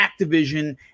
Activision